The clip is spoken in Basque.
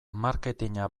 marketina